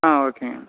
ஆ ஓகேங்க